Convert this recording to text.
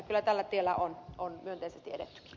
kyllä tällä tiellä on myönteisesti edetty